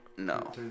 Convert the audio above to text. No